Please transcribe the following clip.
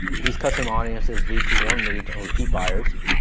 these custom audiences lead to warm leads and repeat buyers.